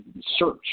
search